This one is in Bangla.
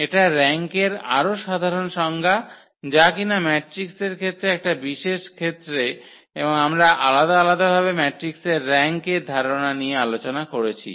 এটা র্যাঙ্ক এর আরও সাধারণ সংজ্ঞা যাকিনা ম্যাট্রিক্সের ক্ষেত্রে একটা বিশেষ ক্ষেত্রে এবং আমরা আলাদা আলাদা ভাবে ম্যাট্রিক্সের র্যাঙ্ক এর ধারণা নিয়ে আলোচনা করেছি